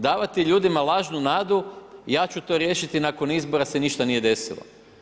Davati ljudima lažnu nadu, ja ću to riješiti, nakon izbora se ništa nije desilo.